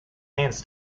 hands